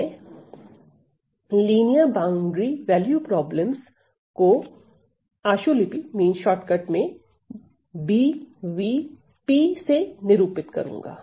मैं रैखिक परिसीमा मान समस्याओं को आशुलिपि में BVP से निरूपित करूंगा